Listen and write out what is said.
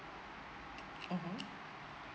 mmhmm